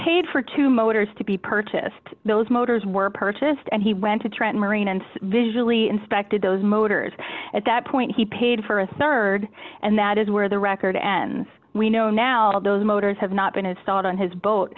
paid for two motors to be purchased those motors were purchased and he went to trent marina and visually inspected those motors at that point he paid for a rd and that is where the record ends we know now all those motors have not been installed on his boat